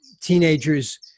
teenagers